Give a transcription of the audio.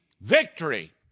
victory